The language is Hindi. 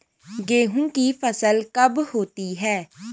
गेहूँ की फसल कब होती है?